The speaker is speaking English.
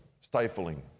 stifling